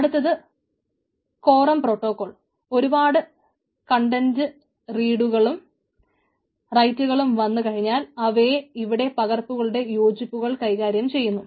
അടുത്തത് quorum protocol ഒരുപാട് concurrent റീഡുകളും റൈയ്റ്റ്കളും വന്നു കഴിഞ്ഞാൽ അവയെ ഇവിടെ പകർപ്പുകളുടെ യോജിപ്പുകൾ കൈകാര്യം ചെയ്യുന്നു